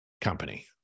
company